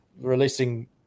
releasing